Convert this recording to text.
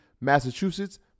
Massachusetts